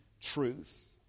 truth